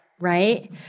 Right